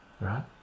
right